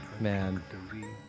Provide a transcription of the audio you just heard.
Man